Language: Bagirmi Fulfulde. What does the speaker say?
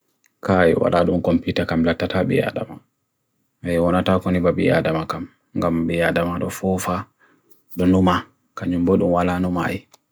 kai wadadun kompite kam blatata biyadama ay wadata koni babi yadama kam ngam biyadama do fofa dun numa, kanyumbu dun wala numa hi